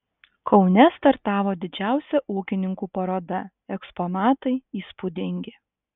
kaune startavo didžiausia ūkininkų paroda eksponatai įspūdingi